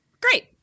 Great